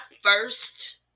first